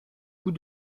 bout